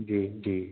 جی جی